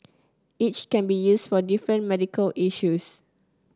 each can be used for different medical issues